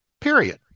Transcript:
period